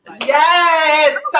Yes